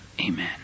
Amen